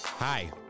Hi